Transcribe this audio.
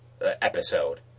episode